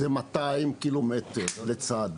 זה 200 ק"מ לצד.